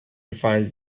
defines